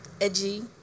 edgy